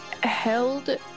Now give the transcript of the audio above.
held